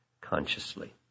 consciously